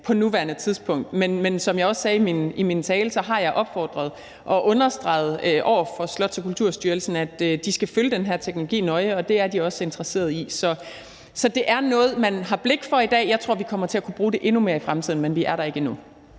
på nuværende tidspunkt. Men som jeg også sagde i min tale, har jeg opfordret til og understreget over for Slots- og Kulturstyrelsen, at de skal følge den her teknologi nøje, og det er de også interesserede i. Så det er noget, man har blik for i dag, og jeg tror, vi kommer til at kunne bruge det endnu mere i fremtiden, men vi er der ikke endnu.